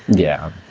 yeah.